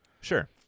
Sure